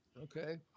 Okay